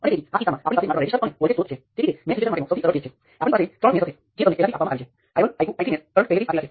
તેથી આ રેઝિસ્ટરનો અર્થ એ છે કે તે બે ટર્મિનલ્સ પર તે જટિલ સર્કિટની ઇક્વિવેલન્ટ છે